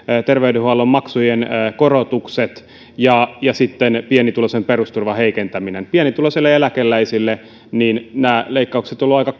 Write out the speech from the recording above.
terveydenhuollon maksujen korotukset ja ja sitten pienituloisen perusturvan heikentäminen pienituloisille eläkeläisille nämä leikkaukset ovat olleet aika